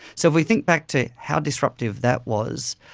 so if we think back to how disruptive that was,